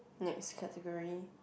next category